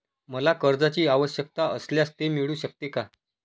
मला कर्जांची आवश्यकता असल्यास ते मिळू शकते का?